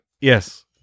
Yes